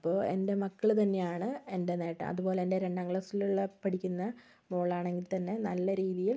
അപ്പോൾ എൻ്റെ മക്കള് തന്നെയാണ് എൻ്റെ നേട്ടം അതുപോലെ എൻ്റെ രണ്ടാം ക്ലാസ്സിലുള്ള പഠിക്കുന്ന മകളാണെങ്കിൽ തന്നെ നല്ല രീതിയിൽ